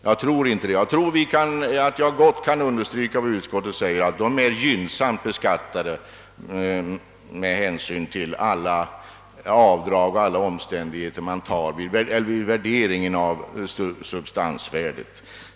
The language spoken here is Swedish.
Jag anser mig gott kunna understryka utskottets mening, att de är gynnsamt beskattade med hänsyn till alla avdrag och de omständigheter som tas hänsyn till vid fastställandet av substansvärdet.